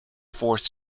fourth